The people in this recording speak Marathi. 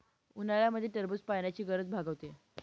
उन्हाळ्यामध्ये टरबूज पाण्याची गरज भागवते